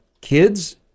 kids